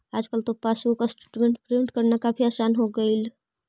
आजकल तो passbook statement print करना काफी आसान हो गईल